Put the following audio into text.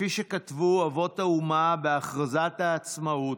כפי שכתבו אבות האומה בהכרזת העצמאות,